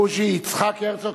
בוז'י יצחק הרצוג.